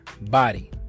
body